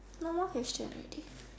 no more question already